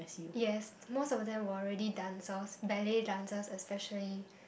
yes most of them were already dancers ballet dancers especially